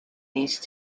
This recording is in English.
these